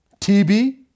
TB